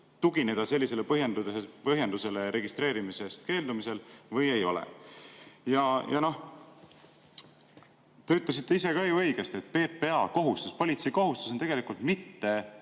tugineda sellisele põhjendusele registreerimisest keeldumisel või ei ole? Te ütlesite ise ka õigesti, et PPA kohustus, politsei kohustus on tegelikult mitte